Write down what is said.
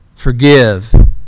Forgive